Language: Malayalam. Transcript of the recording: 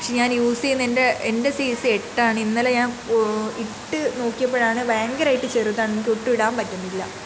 പക്ഷെ ഞാൻ യൂസ് ചെയ്യുന്ന എൻ്റെ എൻ്റെ സൈസ് എട്ടാണ് ഇന്നലെ ഞാൻ ഇട്ട് നോക്കിയപ്പോഴാണ് ഭയങ്കരായിട്ട് ചെറുതാണ് എനിക്ക് ഒട്ടും ഇടാൻ പറ്റുന്നില്ല